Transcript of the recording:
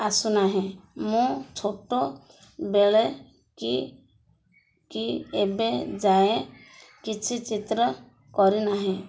ଆସୁନାହିଁ ମୁଁ ଛୋଟ ବେଳେ କି କି ଏବେ ଯାଏ କିଛି ଚିତ୍ର କରିନାହିଁ